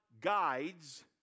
guides